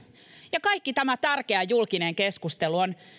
ja kaikki tämä tärkeä julkinen keskustelu on